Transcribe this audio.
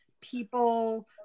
people